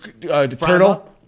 Turtle